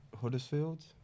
Huddersfield